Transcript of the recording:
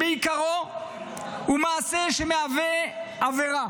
ובעיקרו הוא מעשה שמהווה עבירה,